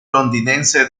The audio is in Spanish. londinense